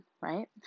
right